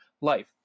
life